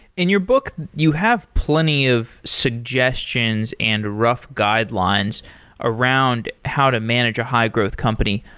in your book, you have plenty of suggestions and rough guidelines around how to manage a high-growth company.